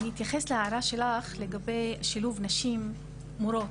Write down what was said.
להערה שלך לגבי שילוב נשים מורות.